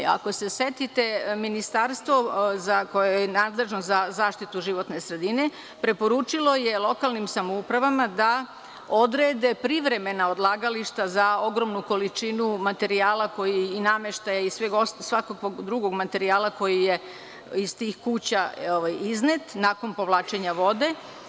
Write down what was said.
Ako se setite, ministarstvo koje je nadležno za zaštitu životne sredine preporučilo je lokalnim samoupravama da odrede privremena odlagališta za ogromnu količinu materijala i nameštaja i svakakvog drugog materijala koji je iz tih kuća iznet nakon povlačenja vode.